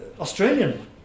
Australian